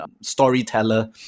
storyteller